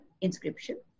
inscription